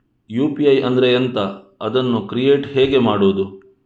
UPI ಅಂದ್ರೆ ಎಂಥ? ಅದನ್ನು ಕ್ರಿಯೇಟ್ ಹೇಗೆ ಮಾಡುವುದು?